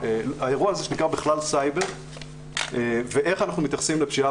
האירוע הזה בכלל נקרא סייבר ואיך אנחנו מתייחסים לפשיעה